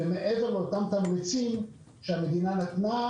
מעבר לאותם תמריצים שהמדינה נתנה,